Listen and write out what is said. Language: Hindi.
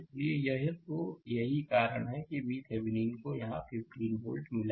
इसलिए यह तो यही कारण है कि VThevenin को यहां 15 वोल्ट मिला